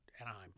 Anaheim